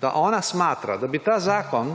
da ona smatra, da bi ta zakon,